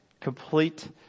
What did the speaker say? complete